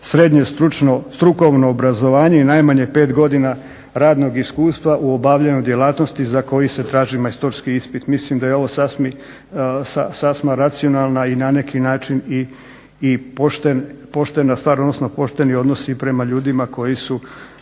srednje strukovno obrazovanje i najmanje 5 godina radnog iskustva u obavljanju djelatnosti za koji se traži majstorski ispit. Mislim da je ovo sasma racionalna i na neki način i poštena stvar, odnosno